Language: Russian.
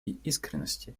искренности